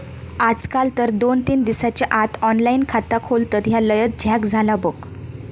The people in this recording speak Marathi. आजकाल तर दोन तीन दिसाच्या आत ऑनलाइन खाता खोलतत, ह्या लयच झ्याक झाला बघ